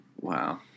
Wow